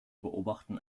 beobachten